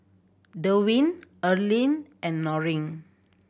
Darwyn Erling and Loring